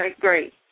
great